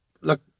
Look